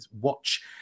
watch